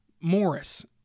Morris